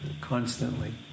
constantly